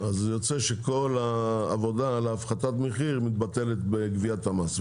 יוצא שכל העבודה על הפחתת המחיר מתבטלת בגביית המס.